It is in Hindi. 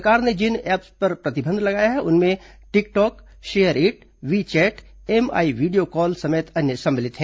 सरकार ने जिन ऐप्स प्रतिबंध लगाया है उसमें TikTok SHAREit WeChat Mi video call समेत अन्य सम्मिलित हैं